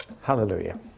Hallelujah